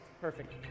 Perfect